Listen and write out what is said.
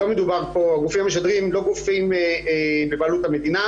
הגופים המשדרים, לא גופים בבעלות המדינה.